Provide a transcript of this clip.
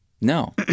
No